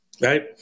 right